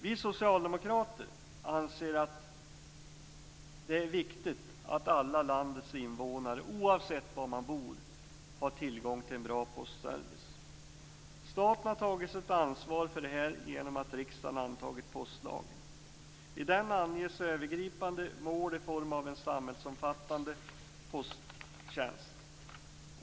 Vi socialdemokrater anser att det är viktigt att alla landets invånare, oavsett var de bor, har tillgång till en bra postservice. Staten har tagit sitt ansvar för detta genom att riksdagen har antagit postlagen. I den anges övergripande mål i form av en samhällsomfattande posttjänst.